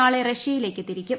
നാളെ റഷ്യയിലേക്ക് തിരിക്കും